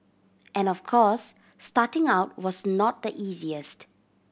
and of course starting out was not the easiest